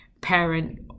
parent